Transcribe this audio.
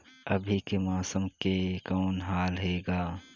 अभी के मौसम के कौन हाल हे ग?